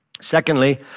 secondly